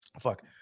Fuck